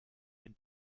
wenn